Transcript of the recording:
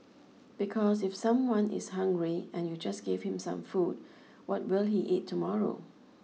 because if someone is hungry and you just give him some food what will he eat tomorrow